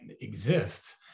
exists